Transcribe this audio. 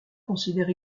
considère